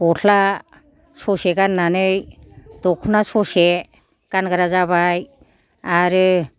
गस्ला ससे गाननानै दख'ना ससे गानग्रा जाबाय आरो